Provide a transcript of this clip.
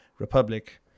republic